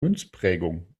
münzprägung